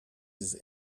his